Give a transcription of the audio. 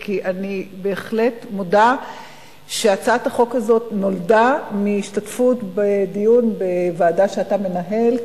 אני בהחלט מודה שהצעת החוק הזאת נולדה מהשתתפות בדיון בוועדה שאתה מנהל,